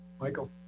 Michael